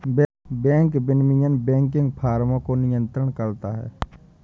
bank विनियमन banking फ़र्मों को नियंत्रित करता है